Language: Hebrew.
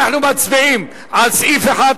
אנחנו מצביעים על סעיף 1,